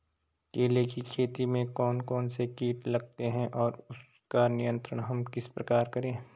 केले की खेती में कौन कौन से कीट लगते हैं और उसका नियंत्रण हम किस प्रकार करें?